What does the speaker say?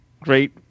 great